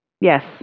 Yes